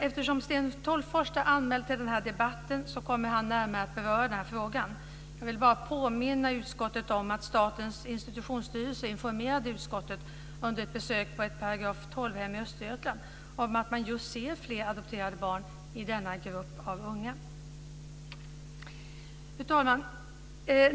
Eftersom Sten Tolgfors är anmäld till denna debatt kommer han närmare att beröra denna fråga. Jag vill bara påminna utskottet om att Statens institutionsstyrelse informerade utskottet under ett besök på ett § 12-hem i Östergötland om att man just ser fler adopterade barn i denna grupp av unga. Fru talman!